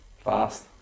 Fast